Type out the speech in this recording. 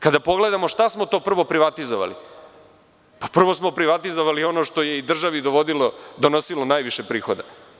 Kada pogledamo šta smo privatizovali, prvo smo privatizovali ono što je državi donosilo najviše prihoda.